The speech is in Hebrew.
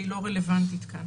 כי היא לא רלוונטית כאן.